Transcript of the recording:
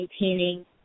maintaining